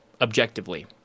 objectively